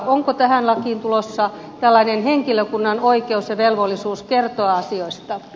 onko tähän lakiin tulossa tällainen henkilökunnan oikeus ja velvollisuus kertoa asioista